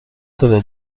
داره